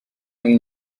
این